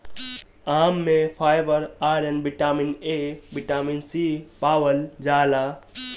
आम में fibre, iron, vitamin A, vitamin C पावल जाला